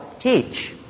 teach